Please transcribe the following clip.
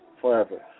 forever